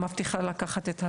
אני מבטיחה לקחת אותה